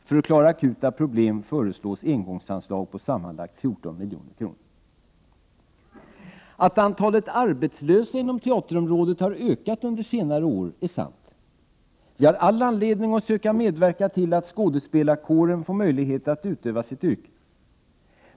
För att klara akuta problem föreslås engångsanslag på sammanlagt 14 milj.kr. Att antalet arbetslösa inom teaterområdet har ökat under senare år är sant. Vi har all anledning att söka medverka till att skådespelarkåren får möjlighet att utöva sitt yrke.